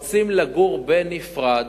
הם רוצים לגור בנפרד,